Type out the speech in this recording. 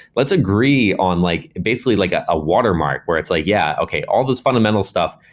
let's agree on like basically like ah a watermark where it's like, yeah. okay, all those fundamental stuff,